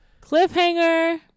Cliffhanger